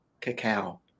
cacao